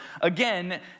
Again